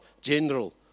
general